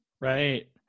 Right